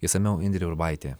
išsamiau indrė urbaitė